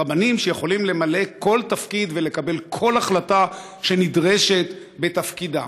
רבנים שיכולים למלא כל תפקיד ולקבל כל החלטה שנדרשת בתפקידם.